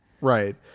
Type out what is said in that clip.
Right